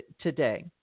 today